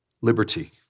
Liberty